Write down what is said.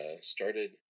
started